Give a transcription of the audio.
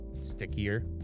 stickier